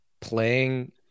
playing